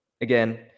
again